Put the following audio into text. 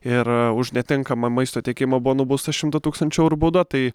ir už netinkamą maisto tiekimo buvo nubausta šimto tūkstančių eurų bauda tai